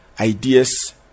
ideas